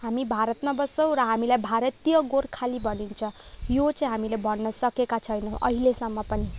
हामी भारतमा बस्छौँ र हामीलाई भारतीय गोर्खाली भनिन्छ यो चाहिँ हामीले भन्न सकेका छैनौँ अहिलेसम्म पनि